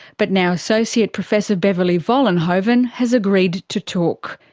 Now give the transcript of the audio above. but now associate professor beverley vollenhoven has agreed to talk.